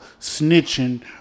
snitching